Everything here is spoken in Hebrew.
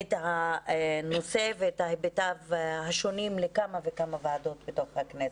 את הנושא ואת היבטיו השונים לכמה וכמה ועדות בכנסת.